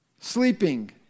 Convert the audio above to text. Sleeping